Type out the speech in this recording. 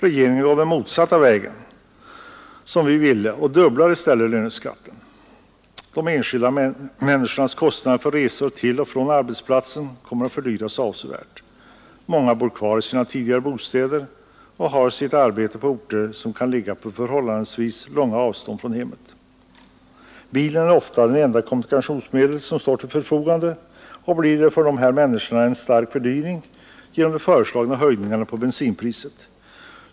Regeringen går den motsatta vägen och fördubblar i stället löneskatten. De enskilda människornas resor till och från arbetsplatsen kommer att fördyras avsevärt. Många bor kvar i sina tidigare bostäder och har sitt arbete på orter som kan ligga på förhållandevis långt avstånd från hemmet. Bilen är ofta det enda kommunikationsmedel som står till förfogande, och de föreslagna höjningarna av bensinpriset innebär för dessa människor en stark fördyring av resorna.